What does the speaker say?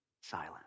silent